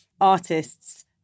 artists